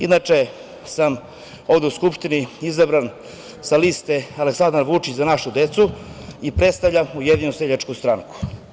Inače, sam ovde u Skupštini izabran sa liste Aleksandar Vučić – Za našu decu i predstavljam Ujedinjenu seljačku stranku.